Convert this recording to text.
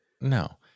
No